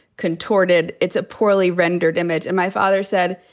contorted. it's a poorly rendered image. and my father said,